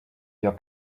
your